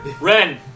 Ren